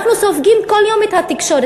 אנחנו סופגים כל יום את התקשורת.